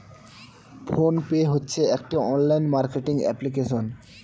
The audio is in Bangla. ফোন পে হচ্ছে একটি অনলাইন মার্কেটিং অ্যাপ্লিকেশন